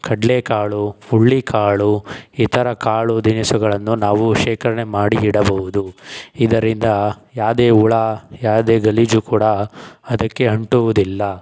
ಕಡಲೆಕಾಳು ಹುರುಳಿಕಾಳು ಇತರ ಕಾಳು ತಿನಿಸುಗಳನ್ನು ನಾವು ಶೇಖರಣೆ ಮಾಡಿ ಇಡಬಹುದು ಇದರಿಂದ ಯಾವ್ದೇ ಹುಳ ಯಾವ್ದೇ ಗಲೀಜು ಕೂಡ ಅದಕ್ಕೆ ಅಂಟುವುದಿಲ್ಲ